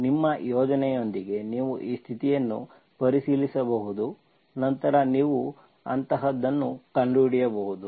ನಿಮ್ಮ ಯೋಜನೆಯೊಂದಿಗೆ ನೀವು ಈ ಸ್ಥಿತಿಯನ್ನು ಪರಿಶೀಲಿಸಬಹುದು ನಂತರ ನೀವು ಅಂತಹದನ್ನು ಕಂಡುಹಿಡಿಯಬಹುದು